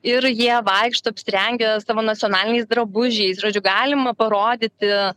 ir jie vaikšto apsirengę savo nacionaliniais drabužiais žodžiu galima parodyti